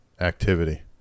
activity